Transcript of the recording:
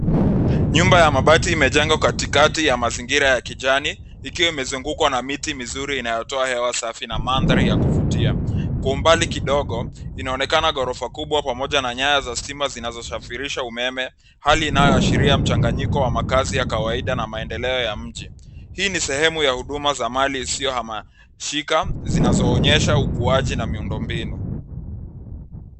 Nyumba ya mabati imejengwa katikati ya mazingira ya kijani ikiwa imezungukwa na miti mizuri inayotoa hewa safi na mandhari ya kuvutia. Kwa umbali kidogo, inaonekana ghorofa kubwa pamoja na nyaya za stima zinazosafirisha umeme, hali inayoashiria mchanganyiko wa makazi ya kawaida na maendeleo ya mji. Hii ni sehemu ya huduma za mali isiyohamishika zinazoonyesha ukuaji na miundo mbinu.